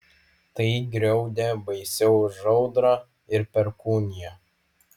tai griaudė baisiau už audrą ir perkūniją